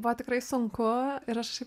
buvo tikrai sunku ir aš